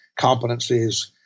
competencies